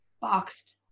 boxed